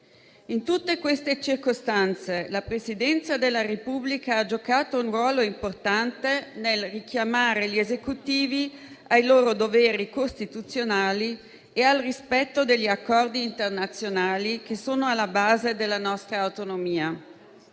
In tutte queste circostanze la Presidenza della Repubblica ha giocato un ruolo importante nel richiamare gli Esecutivi ai loro doveri costituzionali e al rispetto degli accordi internazionali che sono alla base della nostra autonomia.